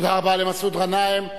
תודה רבה למסעוד גנאים.